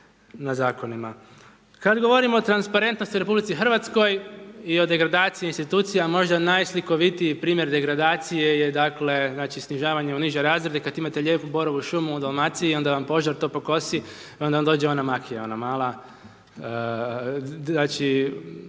na zakonima. Kad govorimo o transparentnosti u RH i o degradaciji institucija možda najslikovitiji primjer degradacije je dakle snižavanje u niže razrede, kad imate lijepu borovu šumu u Dalmaciji onda vam požar to pokosi i onda vam dođe ona makija ona mala, znači